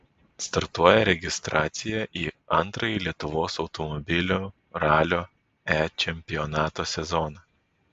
startuoja registracija į antrąjį lietuvos automobilių ralio e čempionato sezoną